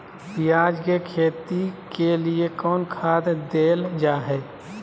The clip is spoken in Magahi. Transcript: प्याज के खेती के लिए कौन खाद देल जा हाय?